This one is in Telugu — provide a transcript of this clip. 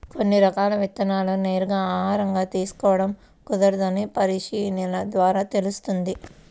కొన్ని రకాల విత్తనాలను నేరుగా ఆహారంగా తీసుకోడం కుదరదని పరిశీలన ద్వారా తెలుస్తుంది